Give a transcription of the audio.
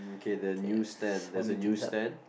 okay then use ten there's a use ten